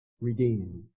redeemed